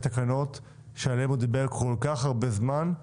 האפשרי את התקנות עליהן הוא דיבר כל כך הרבה זמן.